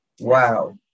Wow